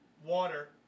water